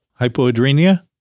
hypoadrenia